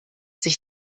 sich